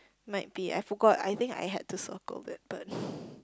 might be I forgot I think I had to circle that but